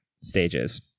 stages